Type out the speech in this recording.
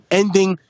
ending